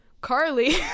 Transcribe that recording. Carly